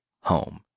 home